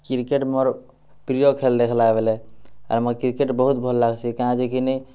cricket ମୋର ପ୍ରିୟ ଖେଲ ଦେଖ୍ଲା ବୋଲେ ଆର କ୍ରିକେଟ୍ ବହୁତ ଭଲ ଲାଗ୍ସି କାଜେ କିନି